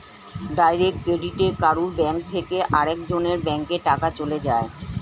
direct ক্রেডিটে কারুর bank থেকে আরেক জনের ব্যাংকে টাকা চলে যায়